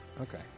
Okay